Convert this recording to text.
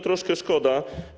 Troszkę szkoda.